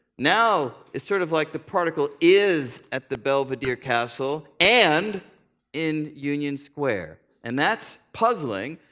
now it's sort of like the particle is at the belvedere castle and in union square. and that's puzzling,